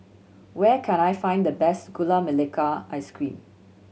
where can I find the best Gula Melaka Ice Cream